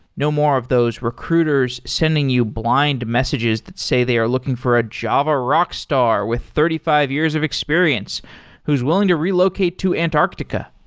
no more of those recruiters sending you blind messages that say they are looking for a java rockstar with thirty five years of experience who's willing to relocate to antarctica.